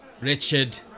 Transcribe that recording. Richard